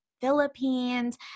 Philippines